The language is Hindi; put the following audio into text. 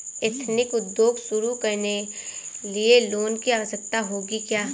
एथनिक उद्योग शुरू करने लिए लोन की आवश्यकता होगी क्या?